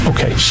Okay